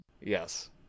Yes